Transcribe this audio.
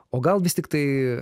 o gal vis tiktai